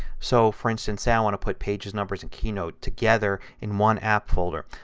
so, for instance, say i want to put pages, numbers, and keynote together in one app folder.